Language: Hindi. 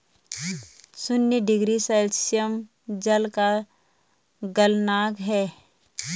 शून्य डिग्री सेल्सियस जल का गलनांक है